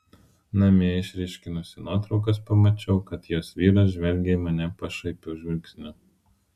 namie išryškinusi nuotraukas pamačiau kad jos vyras žvelgia į mane pašaipiu žvilgsniu